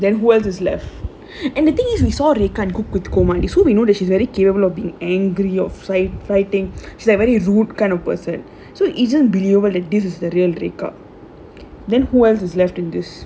then who else is left anything and the thing is he saw rekha can't cope with community so we know that she's very capable of being angry or we know that she is this kind of person so this [one] is the real rekha then who else is left in this